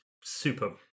super